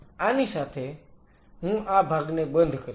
તેથી આની સાથે હું આ ભાગને બંધ કરીશ